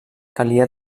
calia